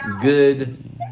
good